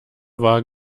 war